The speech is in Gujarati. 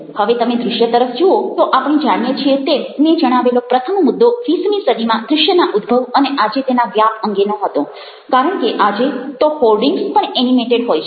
હવે તમે દ્રશ્ય તરફ જુઓ તો આપણે જાણીએ છીએ તેમ મેં જણાવેલો પ્રથમ મુદ્દો વીસમી સદીમાં દ્રશ્યના ઉદ્ભવ અને આજે તેના વ્યાપ અંગેનો હતો કારણ કે આજે તો હોર્ડિંગ્ઝ પણ એનિમેઇટેડ હોય છે